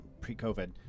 pre-COVID